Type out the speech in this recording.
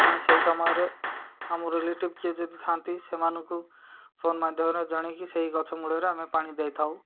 ସେଇ ସମୟରେ ଆମ ରିଲେଟିଭ୍ କିଏ ଯଦି ଥାଆନ୍ତି ସେମାନଙ୍କୁ ଫୋନ୍ ମାଧ୍ୟମରେ ଜାଣିକି ସେଇ ଗଛ ମୂଳରେ ଆମେ ପାଣି ଦେଇଥାଉ